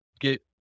get